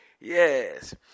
Yes